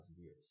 years